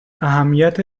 اهمیت